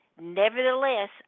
nevertheless